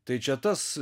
tai čia tas